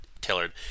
tailored